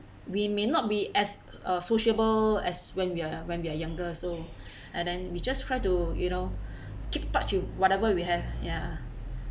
we may not be as uh sociable as when we are when we are younger so and then we just try to you know keep touch with whatever we have ya